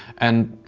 and,